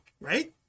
right